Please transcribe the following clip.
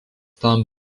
tam